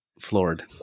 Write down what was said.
floored